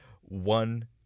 one